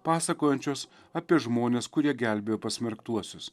pasakojančios apie žmones kurie gelbėjo pasmerktuosius